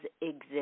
exist